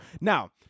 Now